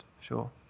sure